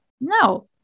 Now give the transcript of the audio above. No